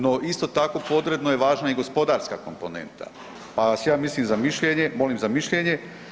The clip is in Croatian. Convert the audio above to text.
No isto tako podredno je važna i gospodarska komponenta, pa ja vas molim za mišljenje.